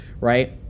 right